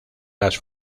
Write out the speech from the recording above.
las